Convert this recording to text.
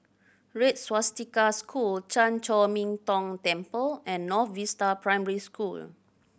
Red Swastika School Chan Chor Min Tong Temple and North Vista Primary School